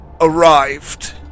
arrived